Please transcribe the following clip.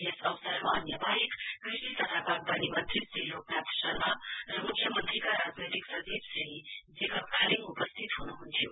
यस अवसरमा अन्य बाहेक कृषि तथा बाग्वानी मन्त्री श्रई लोकनाथ शर्मा र मुख्यमन्त्रीका राजनैतिक सचिव श्री जेकब खालिङ उपस्थित हुनुहुन्थ्यो